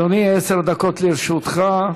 אדוני, עשר דקות לרשותך.